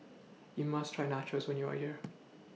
YOU must Try Nachos when YOU Are here